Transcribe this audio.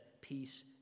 peace